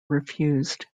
refused